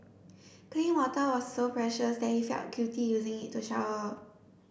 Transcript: clean water was so precious that he felt guilty using it to shower